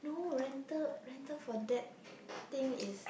no rental rental for that thing is